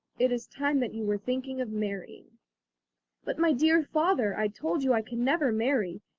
it is time that you were thinking of marrying but, my dear father, i told you i can never marry,